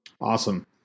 Awesome